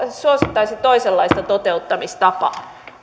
suosittaisi toisenlaista toteuttamistapaa